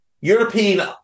European